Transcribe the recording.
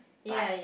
but